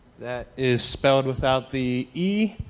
that is spelled without the e.